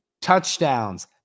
touchdowns